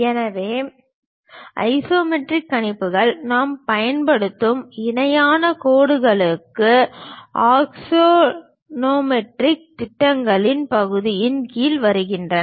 எனவே ஐசோமெட்ரிக் கணிப்புகள் நாம் பயன்படுத்தும் இணையான கோடுகளுடன் ஆக்சோனோமெட்ரிக் திட்டங்களின் பகுதியின் கீழ் வருகின்றன